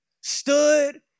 stood